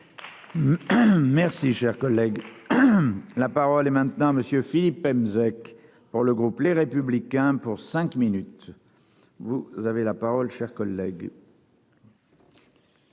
Merci, cher collègue. La parole est maintenant monsieur Philippe Pemezec pour le groupe Les Républicains pour cinq minutes, vous avez la parole cher collègue.